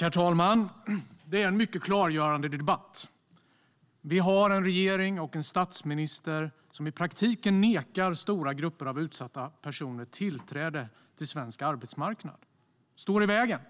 Herr talman! Det är en mycket klargörande debatt. Vi har en regering och en statsminister som i praktiken nekar stora grupper av utsatta personer tillträde till svensk arbetsmarknad. Man står i vägen